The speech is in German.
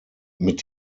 mit